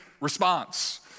response